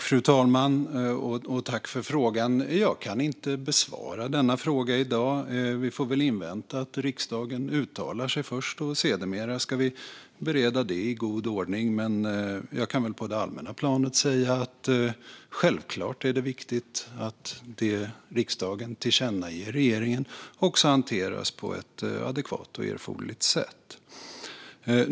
Fru talman! Jag tackar för frågan. Jag kan inte besvara denna fråga i dag. Vi får väl först invänta att riksdagen uttalar sig och sedermera bereda det i god ordning. Men jag kan på det allmänna planet säga att det självklart är viktigt att det som riksdagen tillkännager regeringen hanteras på ett adekvat och erforderligt sätt.